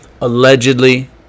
allegedly